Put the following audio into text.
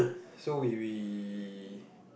so we we